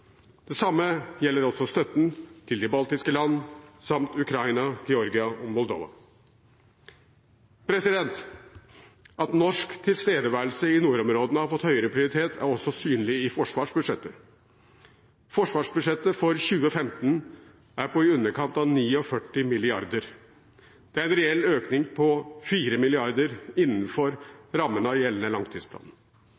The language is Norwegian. Det samme gjelder støtten til de baltiske land samt Ukraina, Georgia og Moldova. At norsk tilstedeværelse i nordområdene har fått høyere prioritet, er også synlig i forsvarsbudsjettet. Forsvarsbudsjettet for 2015 er på i underkant av 49 mrd. kr. Det er en reell økning på 4 mrd. kr innenfor rammene av gjeldende langtidsplan.